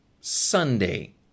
Sunday